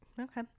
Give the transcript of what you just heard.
okay